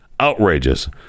outrageous